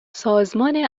سازمان